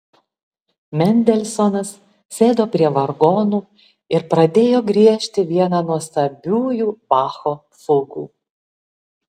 mendelsonas sėdo prie vargonų ir pradėjo griežti vieną nuostabiųjų bacho fugų